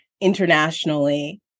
internationally